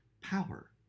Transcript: power